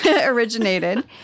originated